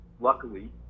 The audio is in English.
Luckily